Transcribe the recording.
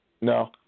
No